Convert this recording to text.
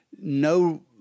no